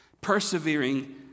Persevering